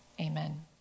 amen